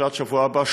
בתחילת השבוע הבא,